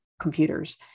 computers